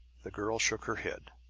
the girl shook her head.